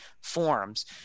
forms